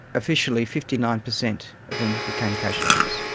officially fifty nine percent of them became casualties,